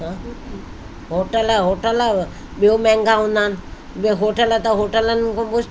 hotel hotel ॿियो महांगा हूंदा आहिनि ॿियो हॉटल त हॉटलनि खां पुछ